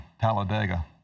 Talladega